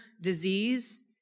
disease